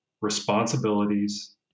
responsibilities